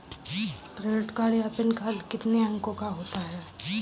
Credit card का pin कितने अंकों का होता है?